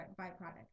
byproduct